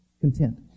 Content